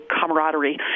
camaraderie